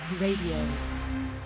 Radio